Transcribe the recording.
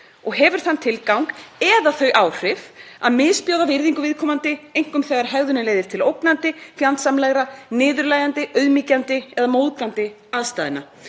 og hefur þann tilgang eða þau áhrif að misbjóða virðingu viðkomandi, einkum þegar hegðunin leiðir til ógnandi, fjandsamlegra, niðurlægjandi, auðmýkjandi eða móðgandi aðstæðna.